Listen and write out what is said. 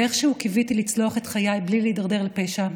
ואיכשהו קיוויתי לצלוח את חיי בלי להידרדר לפשע,